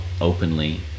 openly